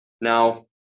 Now